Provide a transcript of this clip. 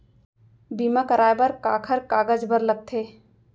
बीमा कराय बर काखर कागज बर लगथे?